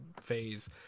phase